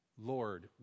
Lord